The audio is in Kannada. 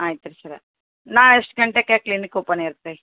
ಆಯ್ತು ರೀ ಸರ್ ನಾಳೆ ಎಷ್ಟು ಗಂಟೆಗೆ ಕ್ಲಿನಿಕ್ ಓಪನ್ ಇರುತ್ತೆ